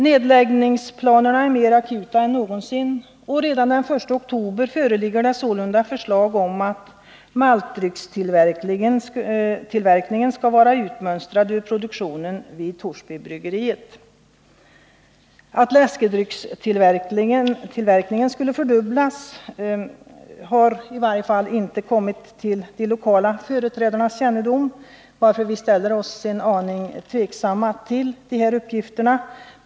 Nedläggningsplanerna är mer akuta än någonsin. Det föreligger sålunda förslag om att maltdryckstillverkningen redan den 1 oktober skall utmönstras ur produktionen vid Torsbybryggeriet. Att läskedryckstillverkningen skulle fördubblas har i varje fall inte kommit till de lokala företrädarnas kännedom, varför vi ställer oss en aning tveksamma till de uppgifterna.